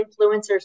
Influencers